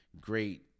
great